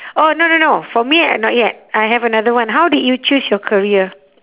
oh no no no for me not yet I have another one how did you choose your career